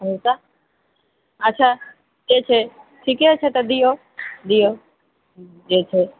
कहु तऽ अच्छा जे छै ठीके छै तऽ दिऔ दिऔ जे छै